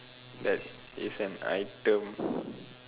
that is an item